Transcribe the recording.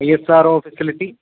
ISRO facility